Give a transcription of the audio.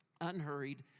unhurried